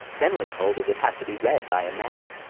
then was told it would have to be read by a man.